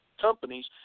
companies